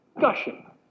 gushing